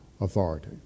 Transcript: authority